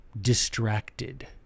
distracted